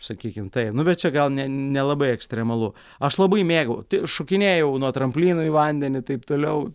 sakykim taip nu bet čia gal ne nelabai ekstremalu aš labai mėgau šokinėjau nuo tramplynų į vandenį taip toliau